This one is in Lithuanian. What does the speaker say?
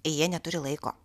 jie neturi laiko